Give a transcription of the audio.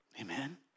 Amen